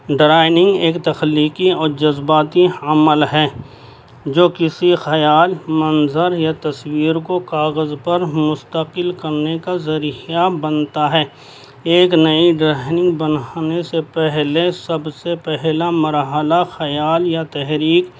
drawing ایک تخلیقی اور جذباتی عمل ہے جو کسی خیال منظر یا تصویر کو کاغذ پر مستقل کرنے کا ذریعہ بنتا ہے ایک نئی ڈرائنگ بنانے سے پہلے سب سے پہلا مرحلہ خیال یا تحریک